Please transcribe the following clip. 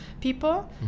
people